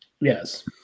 Yes